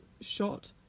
shot